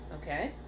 Okay